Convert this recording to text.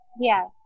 Yes